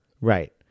right